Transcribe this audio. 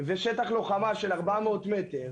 ושטח לוחמה של 400 מטר,